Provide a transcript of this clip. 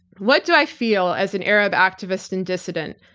what do i feel as an arab activists and dissident?